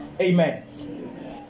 Amen